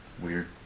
Weird